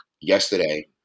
Yesterday